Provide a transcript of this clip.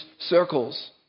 circles